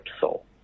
soul